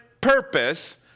purpose